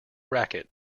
racket